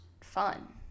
fun